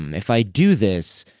um if i do this,